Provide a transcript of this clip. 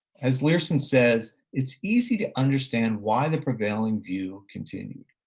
as learson says, it's easy to understand why the prevailing view continued.